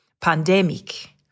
pandemic